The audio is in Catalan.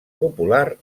popular